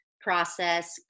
process